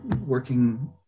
working